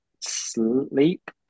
Sleep